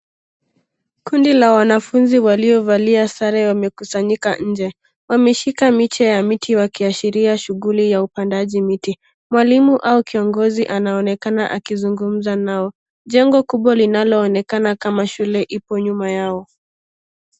Kundi la wanafunzi waliovalia sare wamekusanyika nje ,wameshika miche ya miti wakiashiria shughuli ya upandaji miti. Mwalimu au kiongizi anaonekana akizungumza nao .Jengo kubwa linalo onekana kama shule ipo nyuma yao.